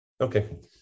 okay